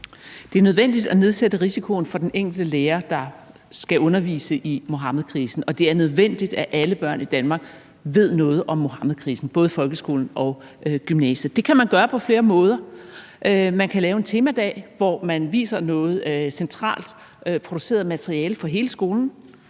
Det er nødvendigt at nedsætte risikoen for den enkelte lærer, der skal undervise i Muhammedkrisen, og det er nødvendigt, at alle børn i Danmark ved noget om Muhammedkrisen, både i folkeskolen og i gymnasiet. Det kan man gøre på flere måder: Man kan lave en temadag, hvor man viser noget centralt produceret materiale for hele skolen.